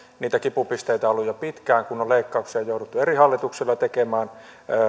niitä kipupisteitä on ollut jo pitkään kun on leikkauksia jouduttu eri hallituksilla tekemään